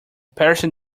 passing